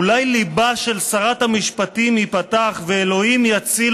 אולי ליבה של שרת המשפטים ייפתח ואלוקים יציל